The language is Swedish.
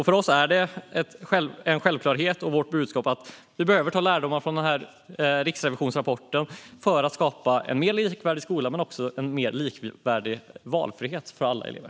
För oss är det en självklarhet. Vårt budskap är att vi behöver ta lärdomar från Riksrevisionens rapport för att skapa en mer likvärdig skola men också en mer likvärdig valfrihet för alla elever.